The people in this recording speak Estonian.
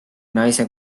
naise